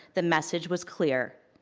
the message was clear.